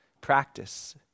Practice